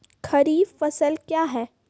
खरीफ फसल क्या हैं?